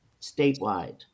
statewide